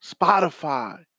Spotify